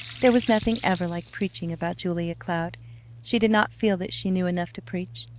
there was nothing ever like preaching about julia cloud she did not feel that she knew enough to preach.